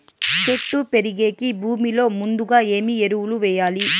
చెట్టు పెరిగేకి భూమిలో ముందుగా ఏమి ఎరువులు వేయాలి?